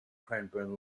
cranbourne